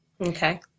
Okay